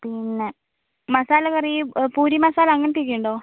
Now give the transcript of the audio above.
പിന്നെ മസാല കറി പൂരി മസാല അങ്ങനത്തെ ഒക്കെ ഉണ്ടോ